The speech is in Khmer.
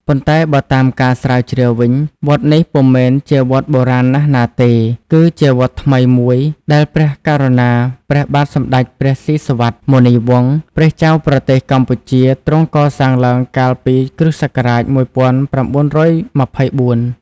ប៉ុន្តែបើតាមការស្រាវជ្រាវវិញ វត្តនេះ ពុំមែនជាវត្តបុរាណណាស់ណាទេ គឺជាវត្តថ្មីមួយដែលព្រះករុណា ព្រះបាទសម្ដេចព្រះស៊ីសុវត្ថិ មុនីវង្ស ព្រះចៅប្រទេសកម្ពុជាទ្រង់កសាងឡើង កាលពី គ.ស. ១៩២៤ ។